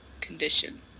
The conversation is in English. condition